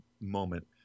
moment